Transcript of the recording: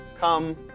come